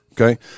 Okay